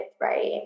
right